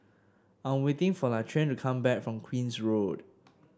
I'm waiting for Laquan to come back from Queen's Road